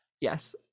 Yes